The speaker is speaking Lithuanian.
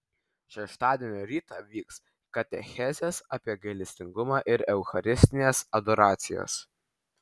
šeštadienio rytą vyks katechezės apie gailestingumą ir eucharistinės adoracijos